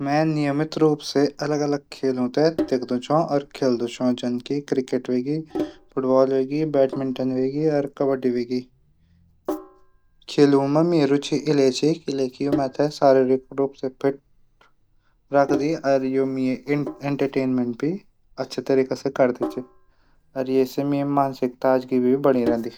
मि नियमित रूप से अलग अलग खेलों खेलो थे दिखदू छौ और खिलदू छौः क्रिकेट हवेग्य फुटबाल हवेग्य बैडमिंटन हवेग्या कबड्डी हवगेय खेलो मा मेरी रूचि इलैकी च शारीरिक रूप से फिट रखदी अर इंटटैमैट भी अछा तरीका से करदी। अर ऐसे मेरी मानसिक ताजगी भी बणी रैंदी